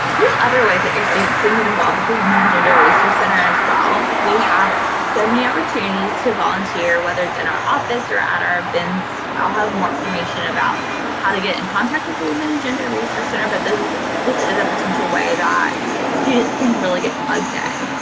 there's other ways that your students can get involved with the women and gender resource center as well. we have so many opportunities to volunteer, whether it's in our office or at our events. i'll have more information about how to get in contact with the women and gender resource center, but this this is a potential way that students can really get plugged in.